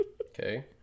okay